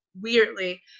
weirdly